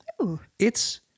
It's-